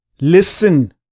Listen